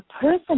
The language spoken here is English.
person